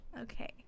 Okay